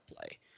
play